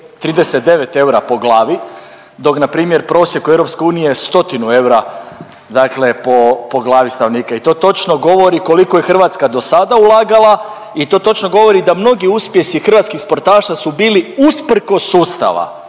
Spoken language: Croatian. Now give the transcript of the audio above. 39 eura po glavi dok npr. prosjek u EU je 100 eura po glavi stanovnika i to točno govori koliko je Hrvatska do sada ulagala i to točno govori da mnogi uspjesi hrvatskih sportaša su bili usprkos sustava